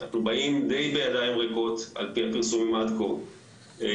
אנחנו באים די בידיים ריקות על פי הפרסומים עד כה לגלאזגו.